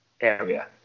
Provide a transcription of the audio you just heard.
area